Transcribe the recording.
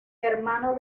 hermano